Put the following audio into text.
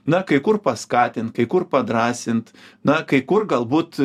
na kai kur paskatint kai kur padrąsint na kai kur galbūt